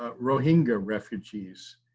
ah rohingya refugees,